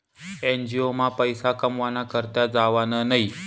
NGO मा पैसा कमावाना करता जावानं न्हयी